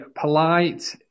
polite